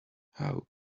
how